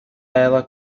ela